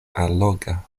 alloga